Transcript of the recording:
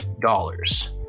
dollars